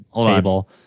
table